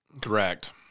correct